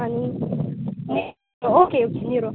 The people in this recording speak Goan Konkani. आनी ओके ओके निरो